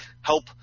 help